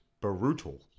brutal